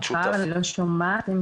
אני לא שומעת.